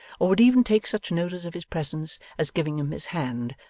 or would even take such notice of his presence as giving him his hand,